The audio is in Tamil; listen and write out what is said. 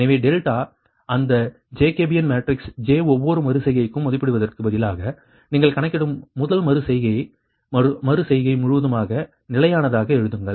எனவே டெல்டா அந்த ஜேகோபியன் மேட்ரிக்ஸ் J ஒவ்வொரு மறு செய்கையையும் மதிப்பிடுவதற்குப் பதிலாக நீங்கள் கணக்கிடும் முதல் மறு செய்கையை மறு செய்கை முழுவதுமாக நிலையானதாக எழுதுங்கள்